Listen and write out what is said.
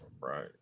right